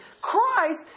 Christ